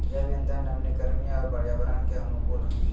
जैव इंधन नवीकरणीय और पर्यावरण के अनुकूल हइ